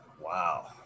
Wow